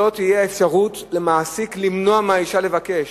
שלא תהיה אפשרות למעסיק למנוע מהאשה לבקש,